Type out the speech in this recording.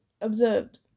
observed